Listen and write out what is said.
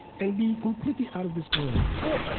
and be completely out of this world? well,